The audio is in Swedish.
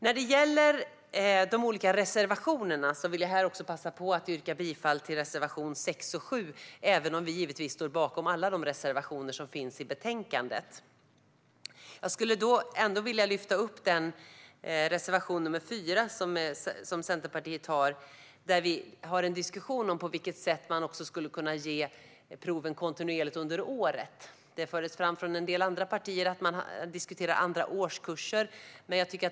När det gäller de olika reservationerna vill jag här passa på att yrka bifall till reservationerna 6 och 7, även om vi givetvis står bakom alla de reservationer som finns i betänkandet. Jag vill ändå lyfta upp reservation 4 som Centerpartiet har, där vi för en diskussion om på vilket sätt man skulle kunna ge proven kontinuerligt under året. Det fördes fram från en del andra partier att man diskuterar andra årskurser.